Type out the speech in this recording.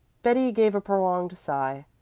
betty gave a prolonged sigh.